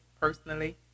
personally